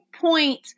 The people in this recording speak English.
point